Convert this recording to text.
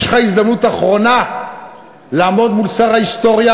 יש לך הזדמנות אחרונה לעמוד מול שר ההיסטוריה